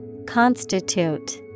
Constitute